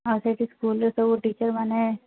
ଆଉ ସେଠି ସ୍କୁଲ୍ରେ ସବୁ ଟିଚର୍ମାନେ